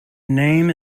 name